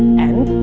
and?